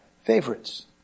favorites